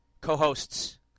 co-hosts